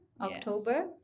October